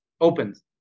opens